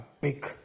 big